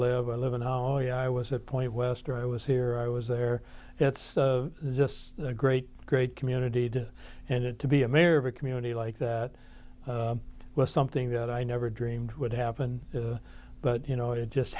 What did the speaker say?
live i live in ali i was at point west i was here i was there it's just a great great community did and it to be a mayor of a community like that was something that i never dreamed would happen but you know it just